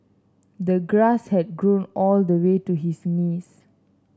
the grass had grown all the way to his knees